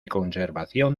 conservación